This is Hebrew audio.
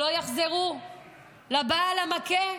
שלא יחזרו לבעל המכה,